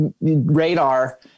radar